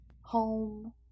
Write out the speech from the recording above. home